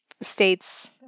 states